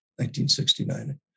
1969